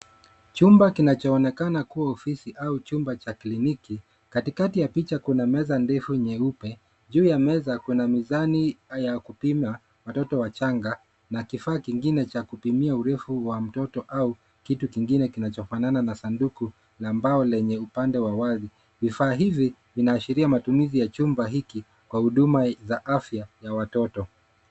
Chumba kinachoonekana kuwa ofisi au chumba cha kliniki katikati ya picha kuna meza ndefu nyeupe. Juu ya meza kuna mizani ya kupima watoto wachanga na kifaa kingine cha kupimia urefu wa mtoto au kitu kingine kinachofanana na sanduku la mbao lenye upande wa wazi. Vifaa hivi vinaashiria matumizi ya chumba hiki kwa huduma za afya ya watoto.